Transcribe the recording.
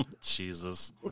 Jesus